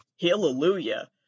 hallelujah